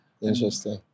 interesting